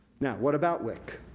now, what about wic.